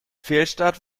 fehlstart